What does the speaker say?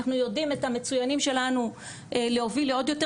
אנחנו יודעים את המצוינים שלנו להוביל לעוד יותר